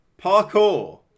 Parkour